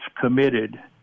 committed